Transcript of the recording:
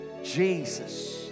Jesus